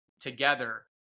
together